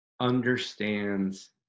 understands